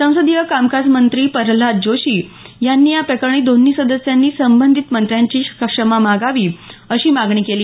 संसदीय कामकाज मंत्री प्रल्हाद जोशी यांनी या प्रकरणी दोन्ही सदस्यांनी संबंधित मंत्र्यांची क्षमा मागावी अशी मागणी केली